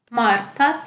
marta